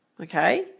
Okay